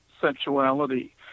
sexuality